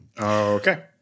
Okay